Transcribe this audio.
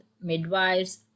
midwives